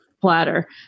platter